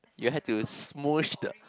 you had to Smoosh the